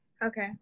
Okay